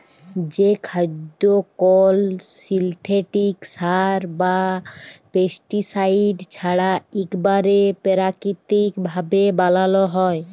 যে খাদ্য কল সিলথেটিক সার বা পেস্টিসাইড ছাড়া ইকবারে পেরাকিতিক ভাবে বানালো হয়